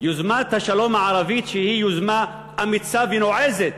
יוזמת השלום הערבית, שהיא יוזמה אמיצה ונועזת,